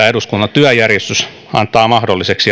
eduskunnan työjärjestys antaa mahdolliseksi